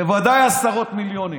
בוודאי עשרות מיליונים.